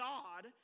God